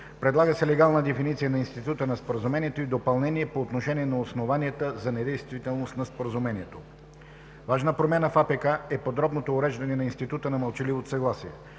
Предлага се легална дефиниция на института на споразумението и допълнение по отношение на основанията за недействителност на споразумението. Важна промяна в АПК е подробното уреждане на института на мълчаливото съгласие.